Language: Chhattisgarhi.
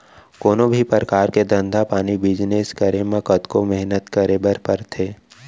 कोनों भी परकार के धंधा पानी बिजनेस करे म कतको मेहनत करे बर परथे